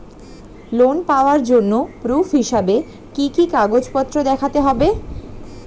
Loan পাওয়ার জন্য proof হিসেবে কি কি কাগজপত্র দেখাতে হবে?